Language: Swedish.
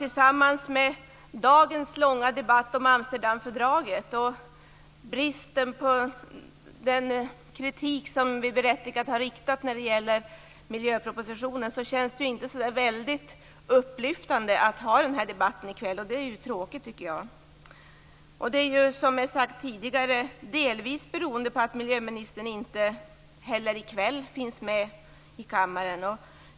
Tillsammans med dagens långa debatt om Amsterdamfördraget och den kritik som vi berättigat har riktat när det gäller miljöpropositionen känns det inte så väldigt upplyftande att föra denna debatt i kväll. Det är tråkigt, tycker jag. Det beror delvis, vilket har sagts tidigare, på att miljöministern inte heller i kväll finns i kammaren.